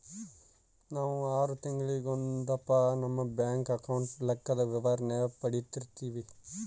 ನಾವು ಆರು ತಿಂಗಳಿಗೊಂದಪ್ಪ ನಮ್ಮ ಬ್ಯಾಂಕ್ ಅಕೌಂಟಿನ ಲೆಕ್ಕದ ವಿವರಣೇನ ಪಡೀತಿರ್ತೀವಿ